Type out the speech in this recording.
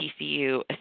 TCU